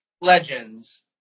Legends